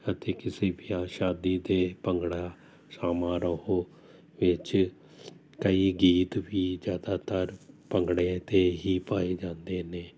ਅਤੇ ਕਿਸੇ ਵੀ ਸ਼ਾਦੀ 'ਤੇ ਭੰਗੜਾ ਸਾਮਾਰੋਹ ਵਿੱਚ ਕਈ ਗੀਤ ਵੀ ਜ਼ਿਆਦਾਤਰ ਭੰਗੜੇ 'ਤੇ ਹੀ ਪਾਏ ਜਾਂਦੇ ਨੇ